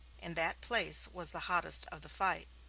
in that place was the hottest of the fight.